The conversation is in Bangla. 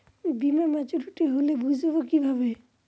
বীমা মাচুরিটি হলে বুঝবো কিভাবে?